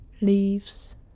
Leaves